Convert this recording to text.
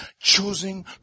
Choosing